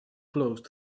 closed